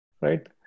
right